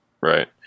right